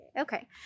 Okay